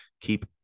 keep